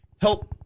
help